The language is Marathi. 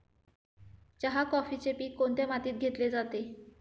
चहा, कॉफीचे पीक कोणत्या मातीत घेतले जाते?